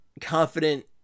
confident